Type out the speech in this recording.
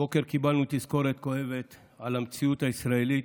הבוקר קיבלנו תזכורת כואבת על המציאות הישראלית,